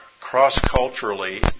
cross-culturally